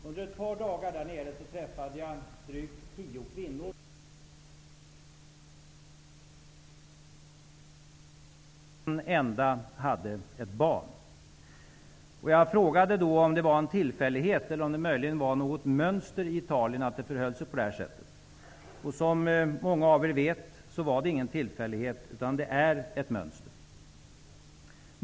Under ett par dagar träffade jag drygt tio kvinnor. Ingen av dem hade familj. Bara en enda hade ett barn. Jag frågade om det var en tillfällighet eller om detta var ett mönster i Italien. Som många av er vet var det ingen tillfällighet, utan det är ett mönster.